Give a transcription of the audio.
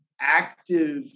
active